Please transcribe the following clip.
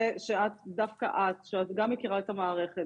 שאת תמיד עונה 24/7,